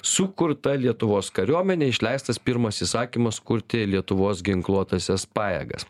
sukurta lietuvos kariuomenė išleistas pirmas įsakymas kurti lietuvos ginkluotąsias pajėgas